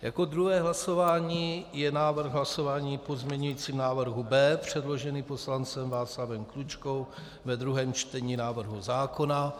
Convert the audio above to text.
Jako druhé hlasování je návrh hlasování o pozměňujícím návrhu B předložený poslancem Václavem Klučkou ve druhém čtení návrhu zákona.